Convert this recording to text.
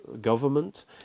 government